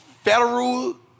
federal